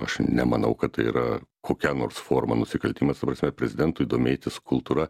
aš nemanau kad tai yra kokia nors forma nusikaltimas ta prasme prezidentui domėtis kultūra